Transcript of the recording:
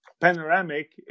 Panoramic